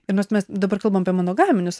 ir nors mes dabar kalbam apie monogaminius